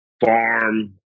Farm